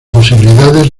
posibilidades